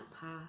path